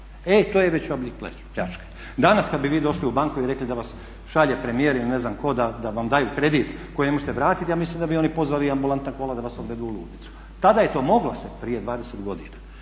E to je već oblik pljačke. Danas kad bi vi došli u banku i rekli da vas šalje premijer ili ne znam tko da vam daju kredit koji ne možete vratiti ja mislim da bi oni pozvali ambulantna kola da vas odvedu u ludnicu. Tada je to moglo se prije 20 godina.